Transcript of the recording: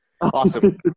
Awesome